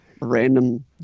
random